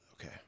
Okay